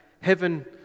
heaven